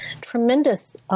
tremendous